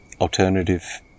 alternative